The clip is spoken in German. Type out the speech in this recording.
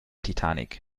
titanic